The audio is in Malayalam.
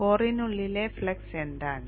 കോറിനുള്ളിലെ ഫ്ലക്സ് എന്താണ്